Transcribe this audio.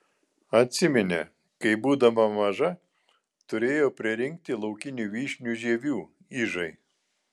atsiminė kai būdama maža turėjo pririnkti laukinių vyšnių žievių ižai